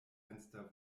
fenster